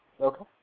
Okay